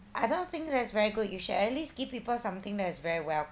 I don't think that's very good you should at least give people something that is very well